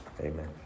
Amen